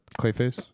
Clayface